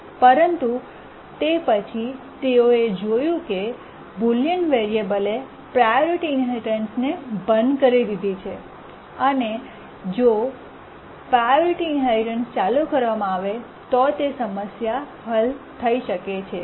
પરંતુ તે પછી તેઓએ જોયું કે બુલિયન વેરીએબલએ પ્રાયોરિટી ઈન્હેરિટન્સને બંધ કરી દીધી છે અને પછી જોપ્રાયોરિટી ઈન્હેરિટન્સ ચાલુ કરવામાં આવે તો સમસ્યા હલ થઈ શકે છે